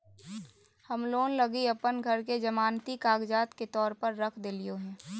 हम लोन लगी अप्पन घर के जमानती कागजात के तौर पर रख देलिओ हें